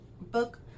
book